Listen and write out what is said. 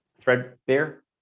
threadbare